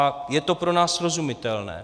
A je to pro nás srozumitelné.